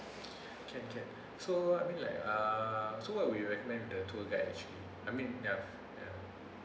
can can so I mean like uh so what we recommend the tour guide actually I mean ya ya